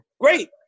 great